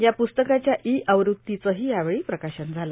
या प्स्तकाच्या ई आवृत्तीचंही यावेळी प्रकाशन झालं